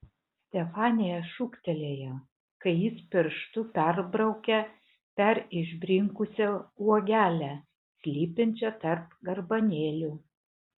stefanija šūktelėjo kai jis pirštu perbraukė per išbrinkusią uogelę slypinčią tarp garbanėlių